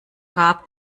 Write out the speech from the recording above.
gab